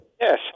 Yes